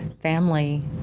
family